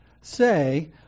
Say